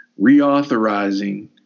reauthorizing